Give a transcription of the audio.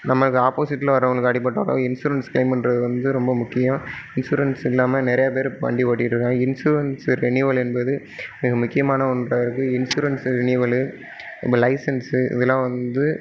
நம்மளுக்கு ஆப்போசிட்டில் வரவுங்களுக்கு அடிப்பட்டாலோ இன்சூரன்ஸ் கிளைம் பண்றது வந்து ரொம்ப முக்கியம் இன்சூரன்ஸ் இல்லாமல் நிறையா பேர் இப்போ வண்டி ஓட்டிக்கிட்டுயிருக்காங்க இன்சூரன்ஸ் ரினீவல் என்பது மிக முக்கியமான ஒன்றாக இருக்குது இன்சூரன்ஸ் ரினீவலு உங்கள் லைசன்சு இதலாம் வந்து